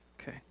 Okay